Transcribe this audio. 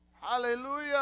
Hallelujah